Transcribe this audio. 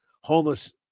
homeless